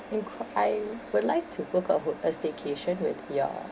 inqui~ I would like to book a ho~ a staycation with your